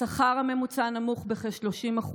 השכר הממוצע נמוך בכ-30%,